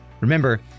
Remember